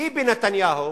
ביבי נתניהו